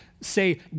say